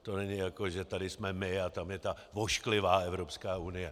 To není, jako že tady jsme my a tam je ta ošklivá Evropská unie.